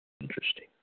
interesting